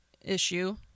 issue